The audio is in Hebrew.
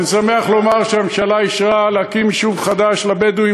אני שמח לומר שהממשלה אישרה להקים יישוב חדש לבדואים,